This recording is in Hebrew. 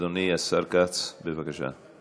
אדוני השר כץ, בבקשה.